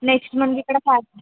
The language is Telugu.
నెక్స్ట్ మనకి ఇక్కడ కాకినాడ